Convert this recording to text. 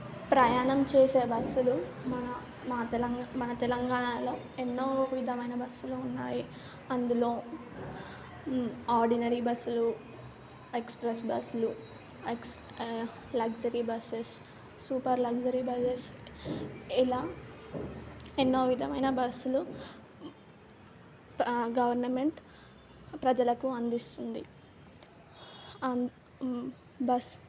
ప్రయాణం చేసే బస్సులు మన మా తెలంగ్ మన తెలంగాణాలో ఎన్నో విధమైన బస్సులు ఉన్నాయి అందులో ఆడినరీ బస్సులు ఎక్స్ప్రెస్ బస్సులు ex luxury buses super luxury buses ఇలా ఎన్నో విధమైన బస్సులు గవర్నమెంట్ ప్రజలకు అందిస్తుంది అన్ బస్